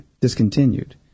discontinued